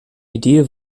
idee